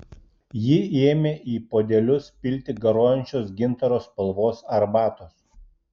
ji ėmė į puodelius pilti garuojančios gintaro spalvos arbatos